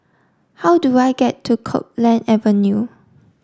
how do I get to Copeland Avenue